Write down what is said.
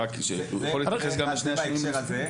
זה בהקשר הזה.